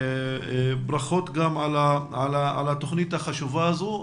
ברכות גם על התוכנית החשובה הזו.